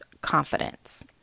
confidence